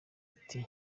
ati